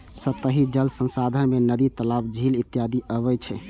सतही जल संसाधन मे नदी, तालाब, झील इत्यादि अबै छै